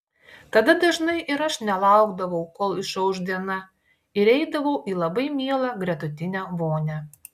tada dažnai ir aš nelaukdavau kol išauš diena ir eidavau į labai mielą gretutinę vonią